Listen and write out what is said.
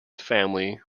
family